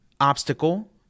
Obstacle